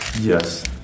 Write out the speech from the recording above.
Yes